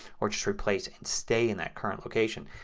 or just replace and stay in that current location.